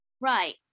Right